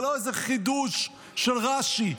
זה לא איזה חידוש של רש"י,